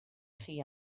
chi